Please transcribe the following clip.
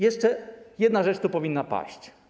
Jeszcze jedna rzecz tu powinna paść.